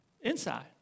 inside